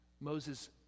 Moses